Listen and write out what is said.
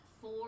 four